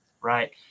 right